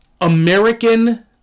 American